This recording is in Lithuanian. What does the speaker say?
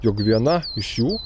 jog viena iš jų